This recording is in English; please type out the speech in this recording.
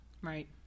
Right